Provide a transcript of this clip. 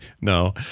No